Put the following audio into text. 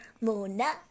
Mona